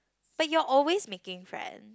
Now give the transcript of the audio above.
but you're always making friends